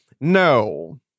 No